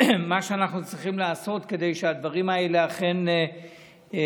מה שאנחנו צריכים לעשות כדי שהדברים האלה אכן ייעשו,